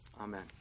Amen